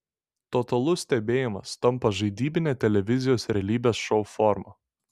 totalus stebėjimas tampa žaidybine televizijos realybės šou forma